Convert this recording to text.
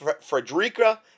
Frederica